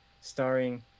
starring